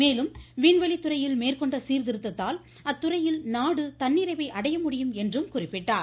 மேலும் விண்வெளி துறையில் மேற்கொண்ட சீர்திருத்தத்தால் அத்துறையில் நாடு தன்னிறைவை அடைய முடியும் என்றும் குறிப்பிட்டார்